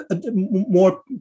more